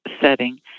setting